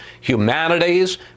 humanities